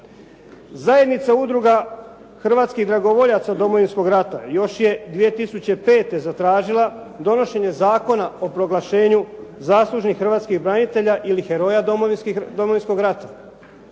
Zajednica udruga hrvatskih dragovoljaca Domovinskog rata još je 2005. zatražila donošenje zakona o proglašenju zaslužnih hrvatskih branitelja ili heroja Domovinskog rata.